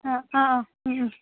অঁ অঁ অঁ